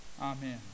Amen